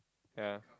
ya